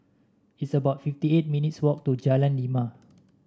it's about fifty eight minutes' walk to Jalan Lima